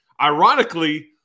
ironically